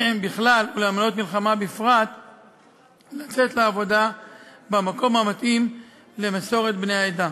בכלל ולאלמנות מלחמה בפרט לצאת לעבודה במקום המתאים למסורת בני העדה.